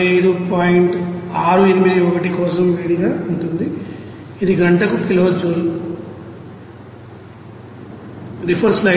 681 కోసం వేడిగా ఉంటుంది ఇది గంటకు కిలో జూల్